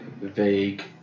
vague